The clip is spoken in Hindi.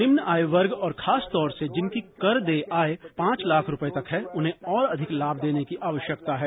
निम्न आय वर्ग और खास तौर से जिनकी कर देय आय पांच लाख रूपए तक है उन्हें और अधिक लाभ देने की आवश्यकता है